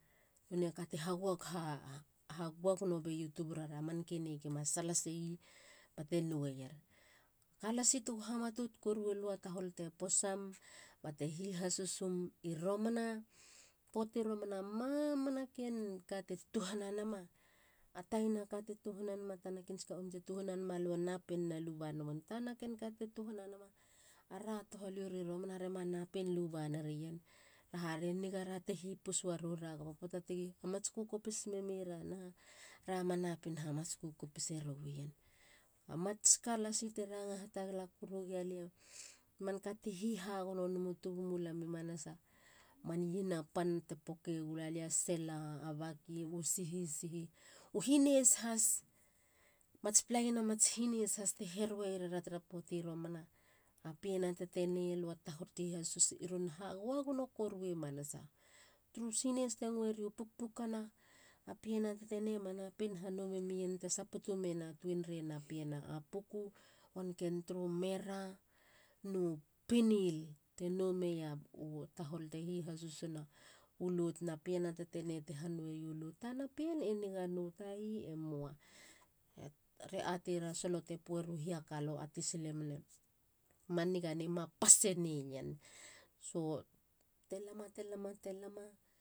Nonei a ka ti hagoagono meio tuburara man keni egima salase i ba te nou eier. Kalasi tego ha matot koruilu a tahol te posana ba te hihasusina i romana. poati romana. mamana ken kate tuhana nama. a taina ka te tuhana nama tana ken siki a omi te tuhana nama lue napine luba ne moen. tana ken ka te tuhana nama. Ara tohalio re romana. re ma napin luba nerien. Taraha re nigara te hipus warou ra. gaba poata tegi hamatsku kopis memeira naha. ra ma napin hamatsku kopise rowi ien. A mats ka lasi te ranga hatagala koru gi alia. manka ti hi ha gono nemu tubu mulam i manasa. Man iena pan te pokei gula lia. Sele na baki. U sihisihi. u hineis has. mats palaina mats hineis haste heruerara tara poati romana. a pien a tetene. ma tahol ti hihasus i ron ha guagono koru i manasa. Turu hineis te ngueri u pukpukana. a pien a tetene. ma napin ha nou memien. te saputu mena tuenreina pien a puk. wanken mera. no pinil. te nou meia tahol te hihasusina u lout na pien a tetene. ti hanoueio lout. Tana pien e nigano. ta i e mua. a re ateira solo te pueriu hiaka lue ateisilemen ema niganei. ma pase neien. te lama te lama te lama. tuburarei